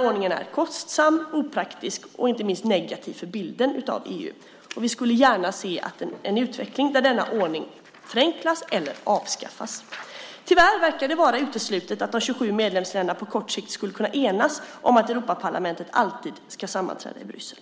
Ordningen är kostsam, opraktisk och inte minst negativ för bilden av EU. Vi skulle gärna se en utveckling där denna ordning förenklas eller avskaffas. Tyvärr verkar det vara uteslutet att de 27 medlemsländerna på kort sikt skulle kunna enas om att Europaparlamentet alltid ska sammanträda i Bryssel.